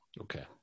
Okay